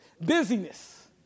Busyness